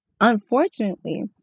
unfortunately